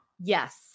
Yes